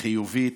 חיובית,